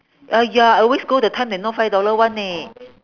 !aiya! I always go the time that not five dollar [one] leh